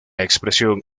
expresión